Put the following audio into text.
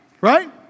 Right